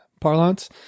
parlance